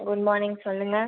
good morning சொல்லுங்கள்